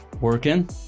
Working